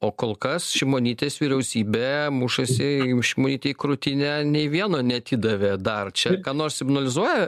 o kol kas šimonytės vyriausybė mušasi jau šimonytė į krūtinę nei vieno neatidavė dar čia ką nors signalizuoja